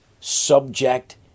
subject